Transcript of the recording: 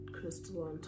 crystal